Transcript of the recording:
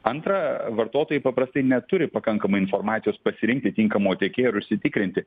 antra vartotojai paprastai neturi pakankamai informacijos pasirinkti tinkamo tiekėjo ir užsitikrinti